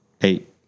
Eight